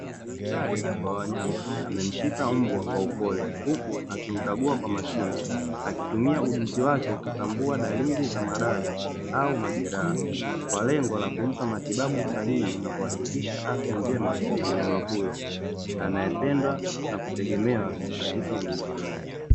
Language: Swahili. Daktari wa wanyama amemshika mbwa kwa upole huku akimkagua kwa makini akitumia ujuzi wake kutambua dalili za maradhi au majeraha kwa lengo la kumpa matibabu sahihi na kuhakikisha afya njema ya mnyama huyo anayependwa na kutegemewa katika ulinzi.